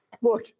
look